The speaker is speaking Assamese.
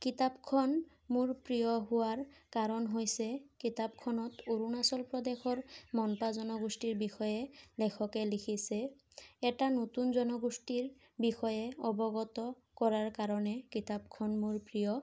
কিতাপখন মোৰ প্ৰিয় হোৱাৰ কাৰণ হৈছে কিতাপখনত অৰুণাচল প্ৰদেশৰ মনপা জনগোষ্ঠীৰ বিষয়ে লেখকে লিখিছে এটা নতুন জনগোষ্ঠীৰ বিষয়ে অৱগত কৰাৰ কাৰণে কিতাপখন মোৰ প্ৰিয়